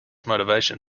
motivation